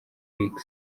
week